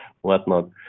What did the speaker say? whatnot